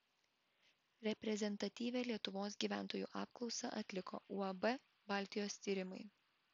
reprezentatyvią lietuvos gyventojų apklausą atliko uab baltijos tyrimai